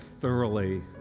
thoroughly